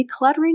decluttering